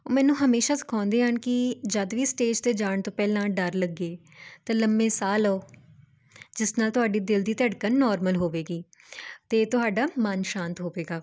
ਉਹ ਮੈਨੂੰ ਹਮੇਸ਼ਾਂ ਸਿਖਾਉਂਦੇ ਹਨ ਕਿ ਜਦ ਵੀ ਸਟੇਜ 'ਤੇ ਜਾਣ ਤੋਂ ਪਹਿਲਾਂ ਡਰ ਲੱਗੇ ਤਾਂ ਲੰਮੇ ਸਾਹ ਲਉ ਜਿਸ ਨਾਲ ਤੁਹਾਡੀ ਦਿਲ ਦੀ ਧੜਕਣ ਨੋਰਮਲ ਹੋਵੇਗੀ ਅਤੇ ਤੁਹਾਡਾ ਮਨ ਸ਼ਾਂਤ ਹੋਵੇਗਾ